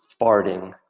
farting